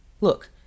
Look